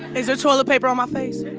is there toilet paper on my face?